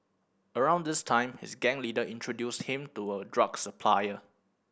around this time his gang leader introduced him to a drug supplier